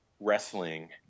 wrestling